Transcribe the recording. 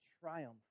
triumph